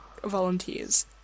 volunteers